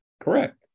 Correct